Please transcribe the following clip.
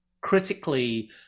critically